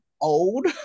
old